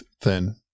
thin